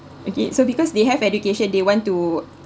okay so because they have education they want to